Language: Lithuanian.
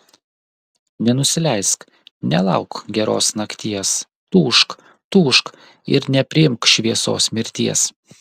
nenusileisk nelauk geros nakties tūžk tūžk ir nepriimk šviesos mirties